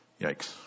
Yikes